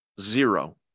zero